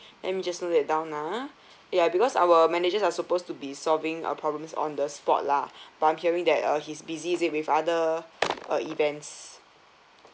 let me just note that down ah ya because our managers are supposed to be solving uh problems on the spot lah but I'm hearing that uh he's busy is it with other uh events